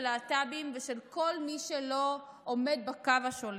של להט"בים ושל כל מי שלא עומד בקו השולט,